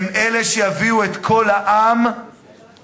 הם אלה שיביאו את כל העם לכאן,